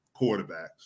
quarterbacks